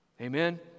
Amen